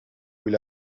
will